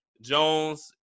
Jones